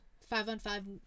five-on-five